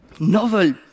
Novel